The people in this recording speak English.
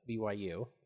BYU